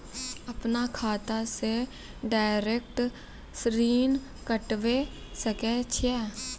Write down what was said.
अपन खाता से डायरेक्ट ऋण कटबे सके छियै?